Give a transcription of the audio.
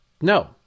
No